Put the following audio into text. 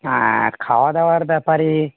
আর খাওয়া দাওয়ার ব্যাপারে